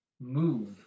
move